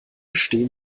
stehen